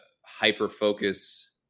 hyper-focus